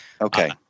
Okay